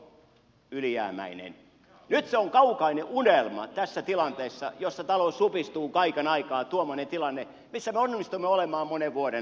nyt tuommoinen tilanne missä me onnistuimme olemaan monen vuoden ajan on kaukainen unelma tässä tilanteessa jossa talous supistuu kaiken aikaa tuomani tilanne pesaron olemaan monen vuoden